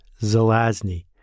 Zelazny